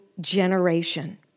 generation